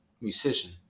Musician